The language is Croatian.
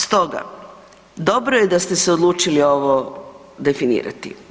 Stoga, dobro je da ste odlučili ovo definirati.